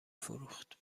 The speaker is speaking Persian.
فروخت